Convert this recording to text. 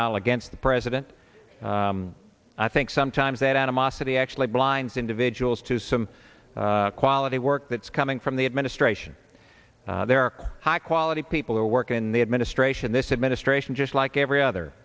aisle against the president i think sometimes that animosity actually blinds individuals to some quality work that's coming from the administration there are high quality people who work in the administration this administration just like every other